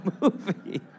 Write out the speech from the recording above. movie